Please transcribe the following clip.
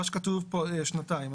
מה שכתוב פה שנתיים.